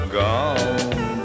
gone